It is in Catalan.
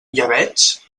llebeig